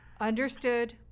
Understood